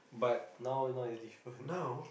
now now it's not easy but